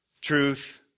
truth